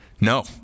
No